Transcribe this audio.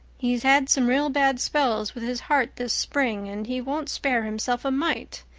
he's had some real bad spells with his heart this spring and he won't spare himself a mite.